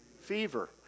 Fever